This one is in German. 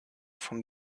von